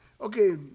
Okay